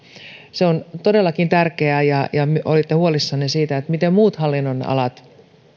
se on todellakin tärkeää ja kun olitte huolissanne siitä miten muut hallinnonalat